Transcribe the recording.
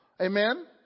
Amen